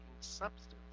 substance